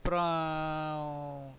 அப்றம்